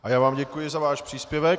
A já vám děkuji za váš příspěvek.